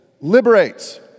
liberates